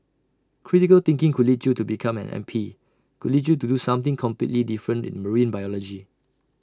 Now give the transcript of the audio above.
critical thinking could lead you to become an M P could lead you to do something completely different in marine biology